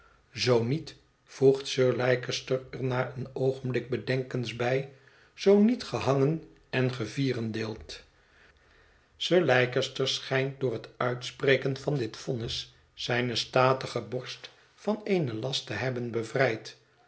zoo niet voegt sir leicester er na een oogenblik bedenkens bij zoo niet gehangen en gevierendeeld sir leicester schijnt door het uitspreken van dit vonnis zijne statige borst van een last te hebben bevrijd